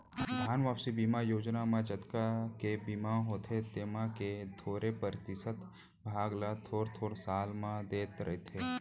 धन वापसी बीमा योजना म जतका के बीमा होथे तेमा के थोरे परतिसत भाग ल थोर थोर साल म देत रथें